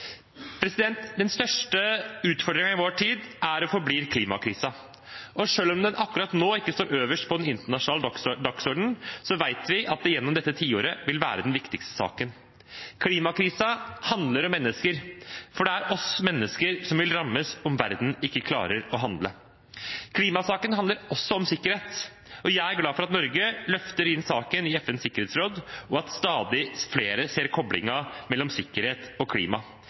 Den største utfordringen i vår tid er og forblir klimakrisen. Og selv om den akkurat nå ikke står øverst på den internasjonale dagordenen, vet vi at det gjennom dette tiåret vil være den viktigste saken. Klimakrisen handler om mennesker, for det er oss mennesker som vil rammes om verden ikke klarer å handle. Klimasaken handler også om sikkerhet, og jeg er glad for at Norge løfter inn saken i FNs sikkerhetsråd, og at stadig flere ser koblingen mellom sikkerhet og klima.